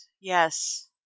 Yes